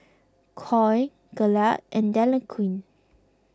Koi Glade and Dequadin